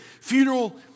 funeral